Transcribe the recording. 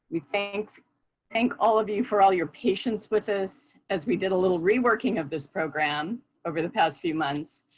thank thank all of you for all your patience with us as we did a little reworking of this program over the past few months.